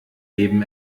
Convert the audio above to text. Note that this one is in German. leben